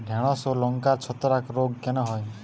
ঢ্যেড়স ও লঙ্কায় ছত্রাক রোগ কেন হয়?